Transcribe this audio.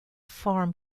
farm